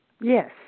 Yes